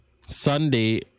Sunday